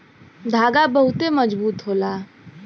धागा बहुते मजबूत होला